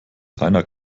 reiner